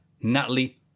Natalie